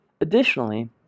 Additionally